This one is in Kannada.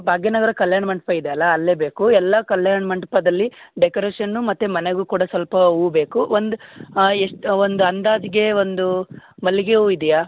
ಭಾಗ್ಯ ನಗರ ಕಲ್ಯಾಣ ಮಂಟಪ ಇದೆ ಅಲ್ಲಾ ಅಲ್ಲೇ ಬೇಕು ಎಲ್ಲ ಕಲ್ಯಾಣ ಮಂಟಪದಲ್ಲಿ ಡೆಕೋರೇಷನು ಮತ್ತು ಮನೆಗೂ ಕೂಡ ಸ್ವಲ್ಪ ಹೂ ಬೇಕು ಒಂದು ಎಷ್ಟು ಒಂದು ಅಂದಾಜಿಗೆ ಒಂದು ಮಲ್ಲಿಗೆ ಹೂ ಇದೆಯಾ